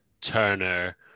Turner